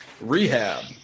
Rehab